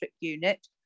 unit